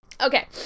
Okay